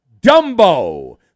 Dumbo